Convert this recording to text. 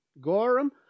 Gorham